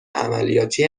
عملیاتی